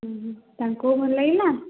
ତାଙ୍କୁ ଭଲ ଲାଗିଲା